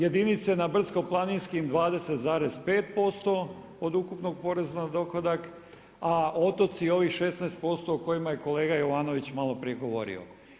Jedinice na brdsko planinskim 20,5% od ukupnog poreza na dohodak, a otoci ovih 16% o kojima je kolega Jovanović maloprije govorio.